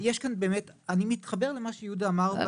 יש כאן באמת אני מתחבר למה שיהודה אמר,